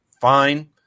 Fine